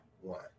one